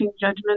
judgment